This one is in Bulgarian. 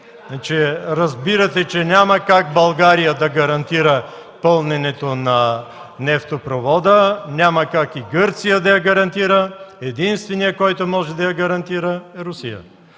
Разбирате, че няма как България да гарантира пълненето на нефтопровода. Няма как и Гърция да гарантира. Единственият, който може да гарантира, е Русия.